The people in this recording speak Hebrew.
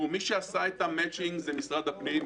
מי שעשה את המצ'ינג זה משרד הפנים,